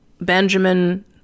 Benjamin